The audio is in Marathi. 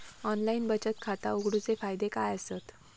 ऑनलाइन बचत खाता उघडूचे फायदे काय आसत?